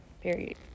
period